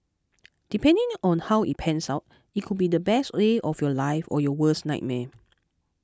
depending on how it pans out it could be the best day of your life or your worst nightmare